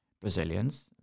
Brazilians